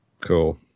Cool